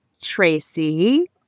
Tracy